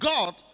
God